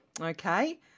Okay